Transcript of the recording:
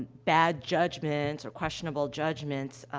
bad judgments or questionable judgments,